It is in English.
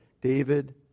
David